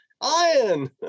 iron